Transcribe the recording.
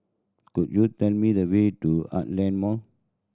could you tell me the way to Heartland Mall